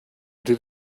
did